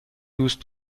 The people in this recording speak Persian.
دوست